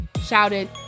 shouted